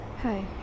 Hi